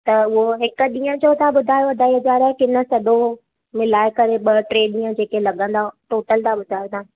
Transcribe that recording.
त उहो हिक ॾींहं जो था ॿुधायो ॾह हज़ार की न सॼो मिलाए करे ॿ टे ॾींहं जेके लॻंदा टोटल था ॿुधायो तव्हां